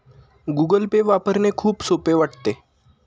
Google Pay वापरणे खूप सोपे वाटते